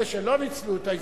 אלו שלא ניצלו את ההזדמנות,